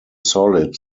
solid